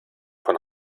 von